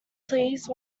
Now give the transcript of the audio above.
please